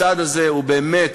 הצעד הזה הוא באמת,